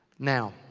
now.